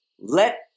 Let